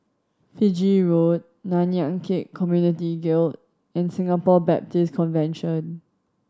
Fiji Road Nanyang Khek Community Guild and Singapore Baptist Convention